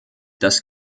das